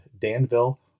Danville